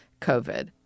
COVID